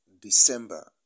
December